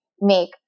make